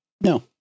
No